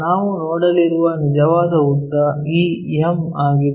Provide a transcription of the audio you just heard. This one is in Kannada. ನಾವು ನೋಡಲಿರುವ ನಿಜವಾದ ಉದ್ದ ಈ m ಆಗಿದೆ